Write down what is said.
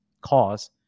cause